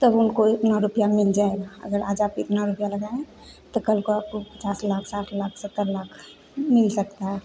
तब उनको इतना रुपया मिल जाएगा आज आप इतना रुपया लगाए तो कल को आपको पचास लाख साठ लाख सत्तर लाख मिल सकता है